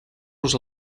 los